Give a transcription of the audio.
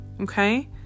okay